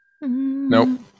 Nope